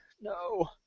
No